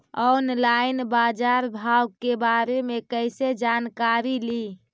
Online बाजार भाव के बारे मे कैसे जानकारी ली?